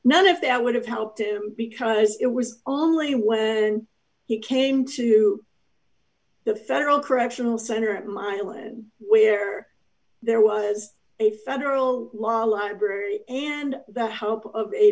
none of that would have helped him because it was only when he came to the federal correctional center at milan where there was a federal law library d and the hope of a